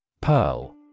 Pearl